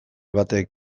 batek